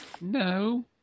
No